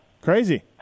crazy